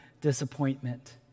disappointment